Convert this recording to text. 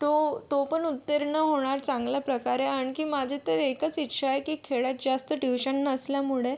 तो तो पण उत्तीर्ण होणार चांगल्या प्रकारे आणखी माझी तर एकच इच्छा आहे की खेड्यात जास्त ट्युशन नसल्यामुळे